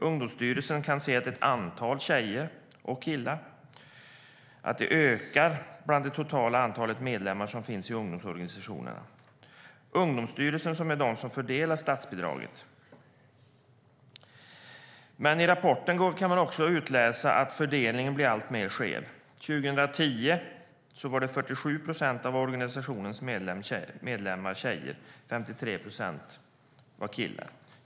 Ungdomsstyrelsen kan se att antalet tjejer och killar ökar bland det totala antalet medlemmar i de ungdomsorganisationer som Ungdomsstyrelsen fördelar statsbidrag till. Men av rapporten kan man också utläsa att fördelningen blir alltmer skev. År 2010 var 47 procent av organisationernas medlemmar tjejer och 53 procent killar.